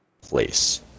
place